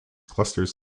clusters